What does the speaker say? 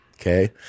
okay